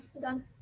done